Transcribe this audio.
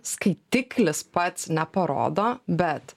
skaitiklis pats neparodo bet